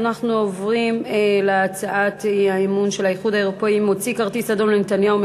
אנחנו עוברים להצעת האי-אמון: האיחוד האירופי מוציא כרטיס אדום לנתניהו,